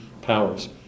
powers